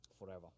forever